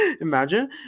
Imagine